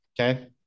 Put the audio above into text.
Okay